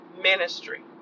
ministry